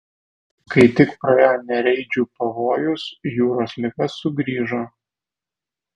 kai tik praėjo nereidžių pavojus jūros liga sugrįžo